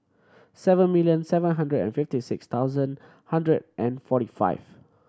seven million seven hundred and fifty six thousand hundred and forty five